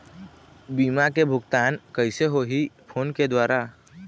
बीमा के भुगतान कइसे होही फ़ोन के द्वारा?